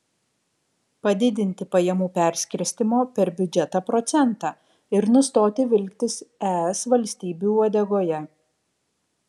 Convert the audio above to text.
padidinti pajamų perskirstymo per biudžetą procentą ir nustoti vilktis es valstybių uodegoje